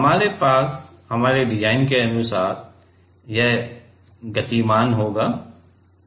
हमारे पास हमारे डिजाइन के अनुसार यह गतिमान होगा